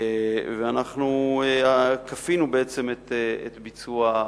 ואנחנו כפינו בעצם את ביצוע החוק.